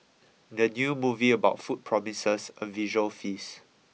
the new movie about food promises a visual feast